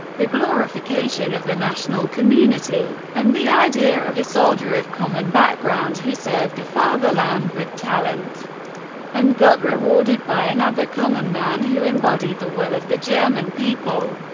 the glorification of the national community, and the idea of a soldier of common background who served the fatherland with talent and got rewarded by another common man who embodied the will of the german people.